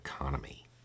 economy